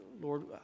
Lord